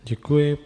Děkuji.